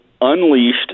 Unleashed